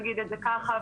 נגיד את זה ככה,